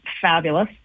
fabulous